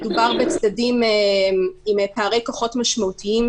מדובר בצדדים עם פערי כוחות משמעותיים,